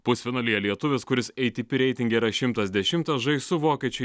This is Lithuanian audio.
pusfinalyje lietuvis kuris atp reitinge yra šimtas dešimtas žais su vokiečiu